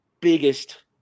biggest